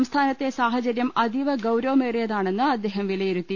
സംസ്ഥാനത്തെ സാഹചര്യം അതീവ ഗൌര വമേറിയതാണെന്ന് അദ്ദേഹം വില്യിരുത്തി